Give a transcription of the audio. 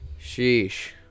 Sheesh